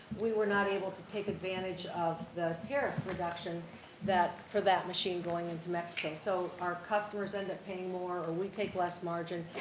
we were not able to take advantage of the tariff reduction for that machine going into mexico. so, our customers end up paying more or we take less margin,